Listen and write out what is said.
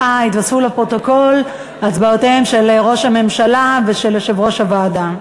9. יתווספו לפרוטוקול הצבעותיהם של ראש הממשלה ושל יושב-ראש הוועדה.